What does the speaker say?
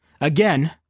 Again